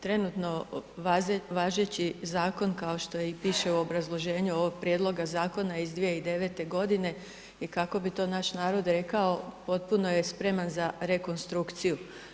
Trenutno važeći zakon kao što i piše u obrazloženju ovog prijedloga zakona iz 2009. godine i kako bi to naš narod rekao, potpuno je spreman za rekonstrukciju.